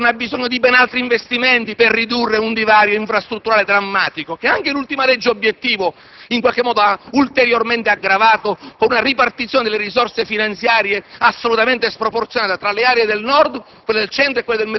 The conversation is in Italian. che il Mezzogiorno ha bisogno di ben altri investimenti per ridurre il divario infrastrutturale drammatico, che anche l'ultima legge-obiettivo ha ulteriormente aggravato con una ripartizione delle risorse finanziarie assolutamente sproporzionata tra le aree del Nord